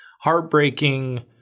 heartbreaking